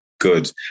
good